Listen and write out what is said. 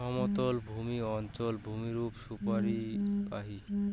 সমতলভূমি অঞ্চলত ভূমিরূপ সুপরিবাহী